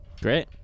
Great